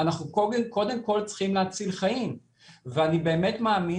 אנחנו קודם כל צריכים להציל חיים ואני באמת מאמין